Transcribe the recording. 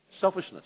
Selfishness